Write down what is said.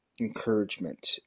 encouragement